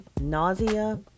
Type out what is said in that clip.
nausea